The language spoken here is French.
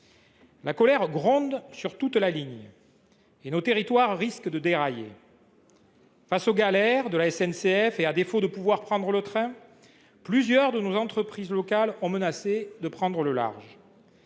La colère gronde sur toute la ligne, et nos territoires risquent de dérailler. Face aux galères de la SNCF et à défaut de pouvoir prendre le train, plusieurs de nos entreprises locales ont menacé de prendre le large.